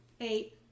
Eight